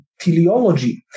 teleology